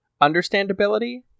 Understandability